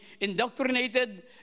indoctrinated